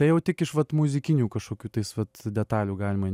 tai jau tik iš vat muzikinių kažkokių tais vat detalių galima